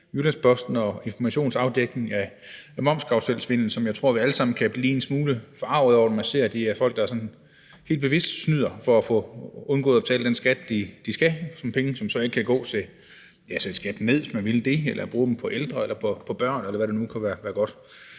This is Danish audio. Jyllands-Posten og Information, og jeg tror, vi alle sammen kan blive en smule forarget over, at de her folk helt bevidst snyder for at undgå at betale den skat, de skal – penge, som så ikke kan gå til at sætte skatten ned, hvis det er det, man vil, eller bruge dem på ældre eller på børn, eller hvad der nu kan være godt.